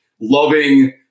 loving